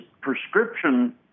prescription